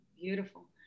Beautiful